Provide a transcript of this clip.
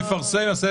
הוא יפרסם.